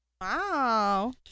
Wow